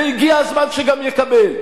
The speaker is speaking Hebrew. והגיע הזמן שהוא גם יקבל,